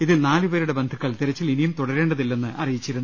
ഇതിൽ നാലുപേ രുടെ ബന്ധുക്കൾ തിരച്ചിൽ ഇനിയും തുടരേണ്ടതില്ലെന്ന് അറിയിച്ചിരുന്നു